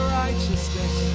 righteousness